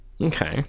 okay